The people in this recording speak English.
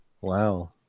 wow